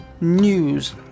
news